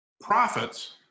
profits